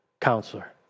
counselor